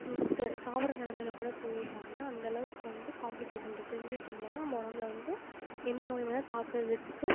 சாகிற நிலமையில கூட போய்ட்றாங்க அந்த அளவுக்கு வந்து காம்ப்ளிகேஷன் இருக்குது இம்மினிட்டி இல்லைனா நம்ம உடம்புல வந்து எந்த நோய் வேணுனா தாக்குகிறதுக்கு